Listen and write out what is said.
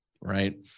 right